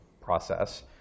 process